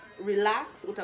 relax